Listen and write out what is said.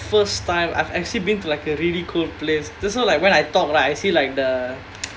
first time I've actually been to like a really cold place just now like when I talk lah I see like the